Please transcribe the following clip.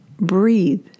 Breathe